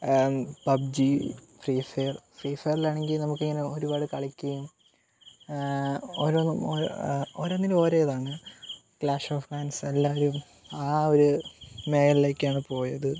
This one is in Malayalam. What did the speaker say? പബ്ജി ഫ്രീ ഫയർ ഫ്രീ ഫയറിയിലാണെങ്കിൽ നമുക്ക് ഇങ്ങനെ ഒരുപാട് കളിക്കുകയും ഓരോ ഓ ഓരോന്നിനും ഓരോ ഇതാണ് ക്ലാഷ് ഓഫ് ഹാൻസ് എല്ലാവരും ആ ഒരു മേഖലയിലേക്കാണ് പോയത്